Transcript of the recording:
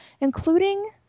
including